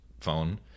phone